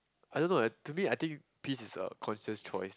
I don't know eh to me I think peace is a conscious choice